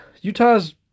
Utah's